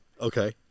okay